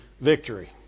victory